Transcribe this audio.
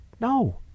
No